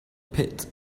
pit